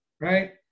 right